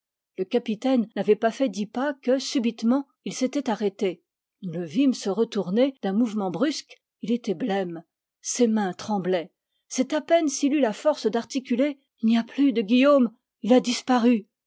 le capitaine n'avait pas fait dix pas que subitement il s'était arrêté nous le vîmes se retourner d'un mouvement brusque il était blême ses mains tremblaient c'est à peine s'il eut la force d'articuler ti n'y a plus de guillaume il a disparu